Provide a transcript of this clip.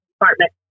Department